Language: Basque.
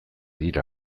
dira